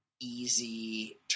easy